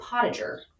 potager